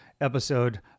episode